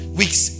weeks